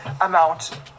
amount